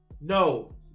no